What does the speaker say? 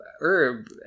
herb